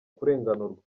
kurenganurwa